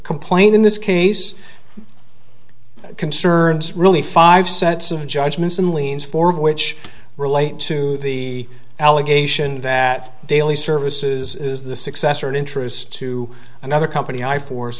complaint in this case concerns really five sets of judgments and liens four which relate to the allegation that daily services is the successor in interest to another company i force